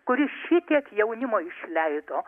kuris šitiek jaunimo išleido